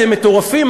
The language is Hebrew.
אתם מטורפים?